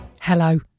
Hello